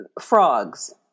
frogs